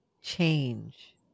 change